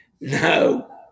No